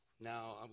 Now